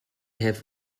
have